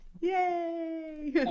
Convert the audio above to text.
Yay